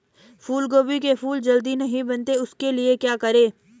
फूलगोभी के फूल जल्दी नहीं बनते उसके लिए क्या करें?